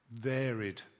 varied